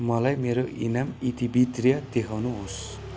मलाई मेरो इनाम इतिवित्त देखाउनुहोस्